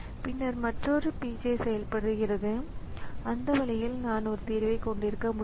எனவே இந்த குறுக்கீடு ஒரு வன்பொருள் குறுக்கீடாகவோ அல்லது ஒரு மென்பொருள் குறுக்கீடாகவோ இருக்கலாம்